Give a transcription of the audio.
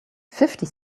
fifty